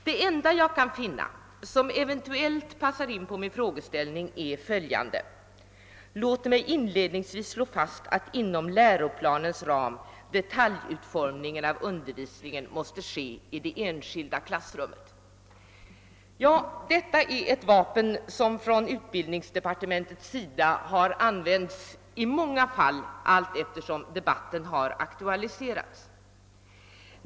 Det enda jag kan finna som eventuellt passar in på min frågeställning är följande: »Låt mig inledningsvis slå fast, att inom läroplanens ram detaljutformningen av undervisningen måste ske i det enskilda klassrummet ———.» Detta är ett vapen som från utbildningsdepartementets sida har använts i många fall då debatten har aktualiserats.